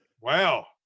Wow